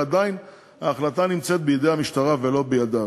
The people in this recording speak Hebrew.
עדיין ההחלטה בידי המשטרה ולא בידיו.